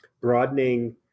broadening